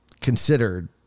considered